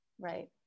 right